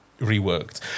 reworked